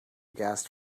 gas